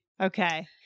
okay